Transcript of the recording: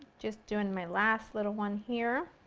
just doing my last little one here.